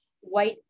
white